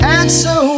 answer